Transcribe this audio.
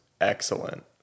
excellent